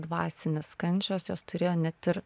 dvasinės kančios jos turėjo net ir